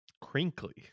Crinkly